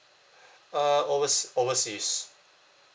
uh overs~ overseas